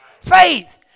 Faith